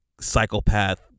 psychopath